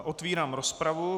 Otvírám rozpravu.